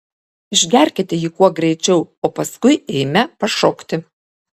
išgerkite jį kuo greičiau o paskui eime pašokti